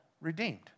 redeemed